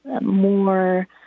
more